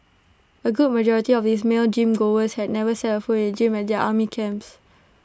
A good majority of these male gym goers had never set foot in the gym at their army camps